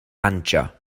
banjo